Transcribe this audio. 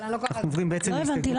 אנחנו עוברים להסתייגות 12. לא הבנתי,